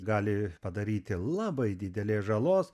gali padaryti labai didelės žalos